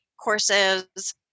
courses